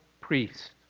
priest